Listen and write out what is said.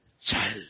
child